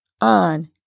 on